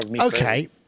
Okay